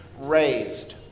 raised